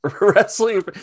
wrestling